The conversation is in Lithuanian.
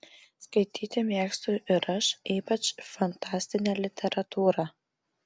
skaityti mėgstu ir aš ypač fantastinę literatūrą